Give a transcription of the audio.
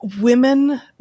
Women